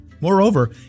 Moreover